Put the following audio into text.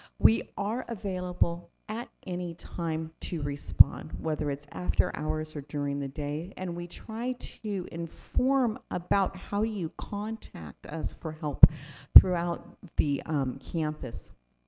we are available at any time to respond, whether it's after hours or during the day. and we try to inform about how you contact us for help throughout the campus.